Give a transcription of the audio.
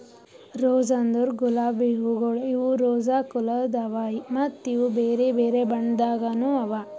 rose ಅಂದುರ್ ಗುಲಾಬಿ ಹೂವುಗೊಳ್ ಇವು ರೋಸಾ ಕುಲದ್ ಅವಾ ಮತ್ತ ಇವು ಬೇರೆ ಬೇರೆ ಬಣ್ಣದಾಗನು ಅವಾ